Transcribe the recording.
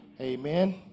Amen